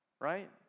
Right